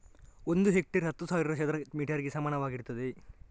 ಒಂದು ಹೆಕ್ಟೇರ್ ಹತ್ತು ಸಾವಿರ ಚದರ ಮೀಟರ್ ಗೆ ಸಮಾನವಾಗಿರ್ತದೆ